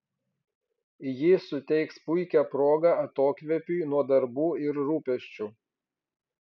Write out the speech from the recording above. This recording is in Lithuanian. ji suteiks puikią progą atokvėpiui nuo darbų ir rūpesčių